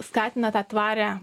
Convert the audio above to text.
skatina tą tvarią